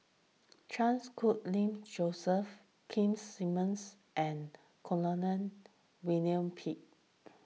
Chans Khun Ling Joseph Keith Simmons and William Pett